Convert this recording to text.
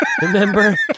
Remember